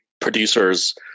producers